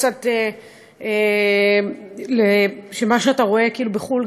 קצת ממה שאתה רואה בחו"ל,